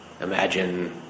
Imagine